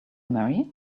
marry